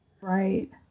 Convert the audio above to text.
Right